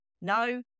No